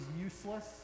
useless